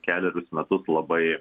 kelerius metus labai